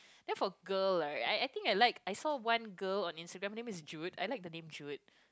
then for girl right I I think I like I saw one girl on Instagram her name is Joud I like the name Joud